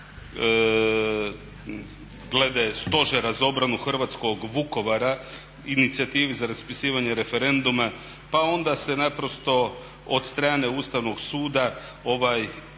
glede Stožera za obranu hrvatskog Vukovara, inicijativi za raspisivanje referenduma pa onda se naprosto od strane Ustavnog suda ovaj